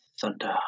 Thunder